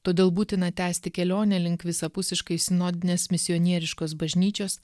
todėl būtina tęsti kelionę link visapusiškai sinodinės misionieriškos bažnyčios